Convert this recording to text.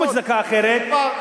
חבר הכנסת בר-און.